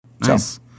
Nice